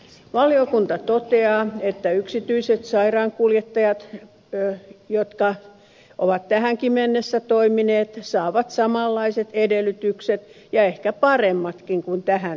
valiokunta toteaa että yksityiset sairaankuljettajat jotka ovat tähänkin mennessä toimineet saavat samanlaiset edellytykset ja ehkä paremmatkin kuin tähän saakka